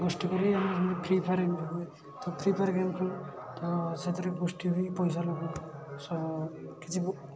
ଗୋଷ୍ଠୀ କରି ଆମର ସମସ୍ତେ ଫ୍ରିଫାୟାର ଏମିତି ହୁଏ ତ ଫ୍ରିଫାୟାର ଗେମ୍ ଖେଳୁ ତ ସେଥିରେ ଗୋଷ୍ଠୀ ହୋଇ ପଇସା ଲଗାଉ କିଛି